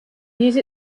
use